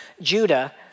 Judah